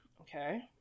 Okay